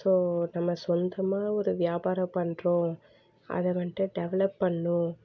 so நம்ம சொந்தமாக ஒரு வியாபாரம் பண்ணுறோம் அதை வந்துட்டு டெவலப் பண்ணணும்